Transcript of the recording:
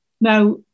Now